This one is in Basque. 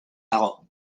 dago